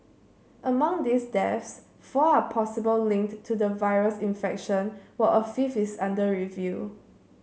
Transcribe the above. among these deaths four are possible linked to the virus infection while a fifth is under review